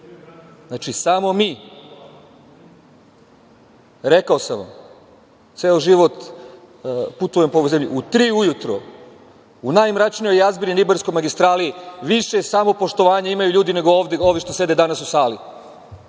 znači, samo mi. Rekao sam vam ceo život putujem po ovoj zemlji u tri ujutru, u najmračnijoj jazbini na Ibarskoj magistrali više samopoštovanja imaju ljudi nego ovi što sede danas u sali.